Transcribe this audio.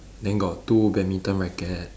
then got two badminton racket